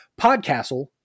PodCastle